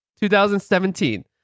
2017